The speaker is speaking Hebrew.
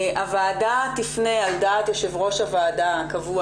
הוועדה תפנה על דעת יו"ר הוועדה הקבוע,